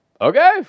okay